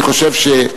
אני חושב,